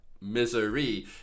misery